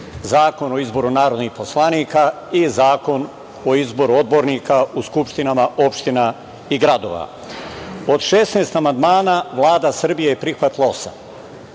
Zakon o izboru narodnih poslanika i Zakon o izboru odbornika u skupštinama opština i gradova. Od 16 amandmana Vlada Srbije je prihvatila